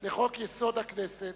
לחוק-יסוד: הכנסת,